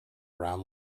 brown